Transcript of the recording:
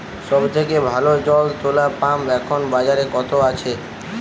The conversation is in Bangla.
সব থেকে ভালো জল তোলা পাম্প এখন বাজারে কত আছে?